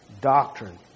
doctrine